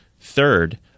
Third